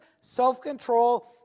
self-control